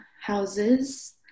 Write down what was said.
houses